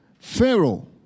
Pharaoh